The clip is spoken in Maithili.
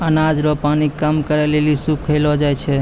अनाज रो पानी कम करै लेली सुखैलो जाय छै